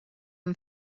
the